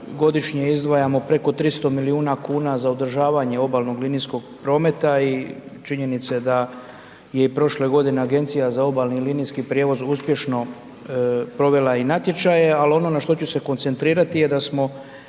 godišnje izdvajamo preko 300 milijuna kuna za održavanje obalnog linijskog prometa i činjenice da je i prošle godine Agencija za obalni i linijski prijevoz uspješno provela i natječaje ali ono na što ću se koncentrirati je da smo